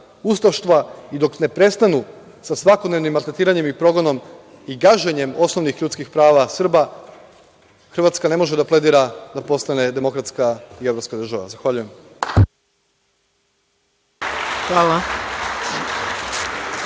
ustaštva i dok ne prestanu sa svakodnevnim maltretiranjem i progonom i gaženjem osnovnih ljudskih prava Srba, Hrvatska ne može da pledira da postane demokratska i evropska država. Zahvaljujem. **Maja